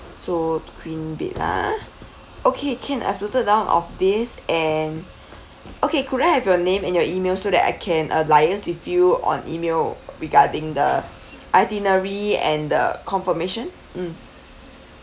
so queen bed ah okay can I've noted down of this and okay could I have your name and your email so that I can uh liaise with you on email regarding the itinerary and the confirmation mm